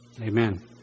Amen